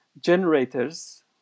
generators